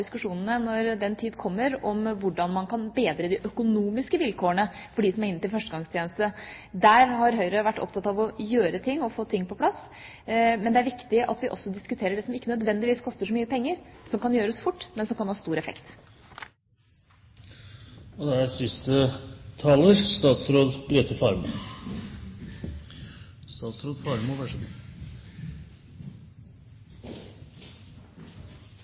diskusjonene når den tid kommer, om hvordan man kan bedre de økonomiske vilkårene for dem som er inne til førstegangstjeneste. Der har Høyre vært opptatt av å gjøre noe og få ting på plass, men det er viktig at vi også diskuterer det som ikke nødvendigvis koster så mye penger, og som kan gjøres fort, men som kan ha stor